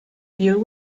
deal